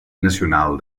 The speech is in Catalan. nacional